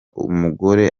umugore